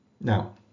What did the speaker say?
Now